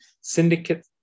syndicate